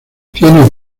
tiene